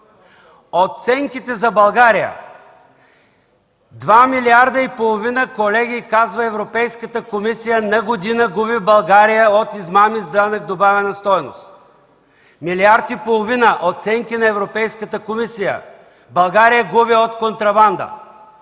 Оценките за България – два милиарда и половина, колеги, казва Европейската комисия, България губи на година от измами с данък добавена стойност. Милиард и половина – оценки на Европейската комисия – България губи от контрабанда